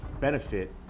benefit